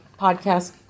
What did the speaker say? podcast